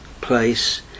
place